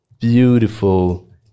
beautiful